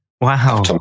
Wow